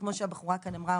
שכמו שהבחורה כאן אמרה,